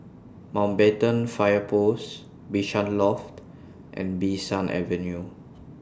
Mountbatten Fire Post Bishan Loft and Bee San Avenue